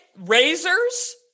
razors